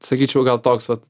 sakyčiau gal toks vat